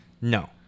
No